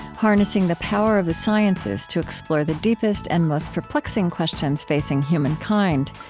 harnessing the power of the sciences to explore the deepest and most perplexing questions facing human kind.